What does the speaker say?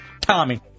Tommy